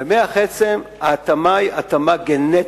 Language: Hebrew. במוח עצם ההתאמה היא התאמה גנטית.